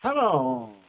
Hello